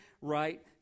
right